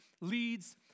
leads